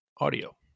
audio